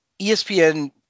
ESPN